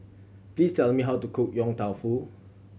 please tell me how to cook Yong Tau Foo